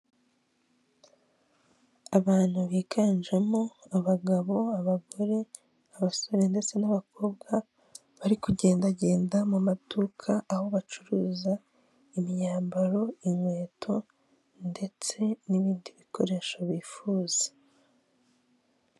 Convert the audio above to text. Abantu biganjemo abagabo, abagore, abasore ndetse n'abakobwa bari kugendagenda mu maduka aho bacuruza imyambaro, inkweto ndetse n'ibindi bikoresho bifuza.